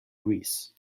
greece